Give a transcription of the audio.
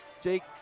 Jake